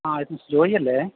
ആ ഇത് ജോയി അല്ലേ